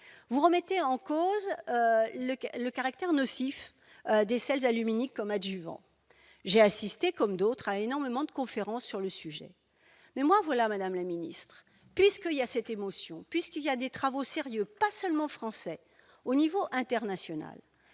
Vous remettez en cause le caractère nocif des sels aluminiques comme adjuvant. J'ai assisté, comme d'autres, à énormément de conférences sur le sujet. Pour ma part, madame la ministre, puisqu'il y a cette émotion, puisque des travaux sérieux, pas seulement français, ont été faits